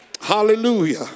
Hallelujah